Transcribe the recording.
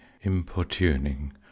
importuning